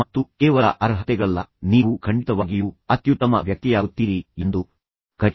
ಮತ್ತು ನೀವು ಇದನ್ನು ಮಾಡಲು ಸಾಧ್ಯವಾದರೆ ನೀವು ನಿಮ್ಮಲ್ಲಿ ಮತ್ತು ಆ ಜನರಲ್ಲಿ ಸ್ವಲ್ಪ ಬುದ್ಧಿವಂತಿಕೆಯನ್ನು ತುಂಬಿರುತ್ತೀರಿ ಎಂದು ಅವರು ಹೇಳುತ್ತಾರೆ